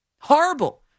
Horrible